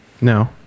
No